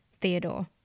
Theodore